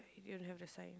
you don't have the sign